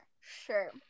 sure